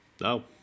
No